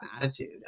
attitude